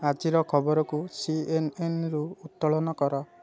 ଆଜିର ଖବରକୁ C N N ରୁ ଉତ୍ତୋଳନ କର